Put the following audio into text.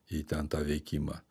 į ten tą veikimą